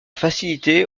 facilité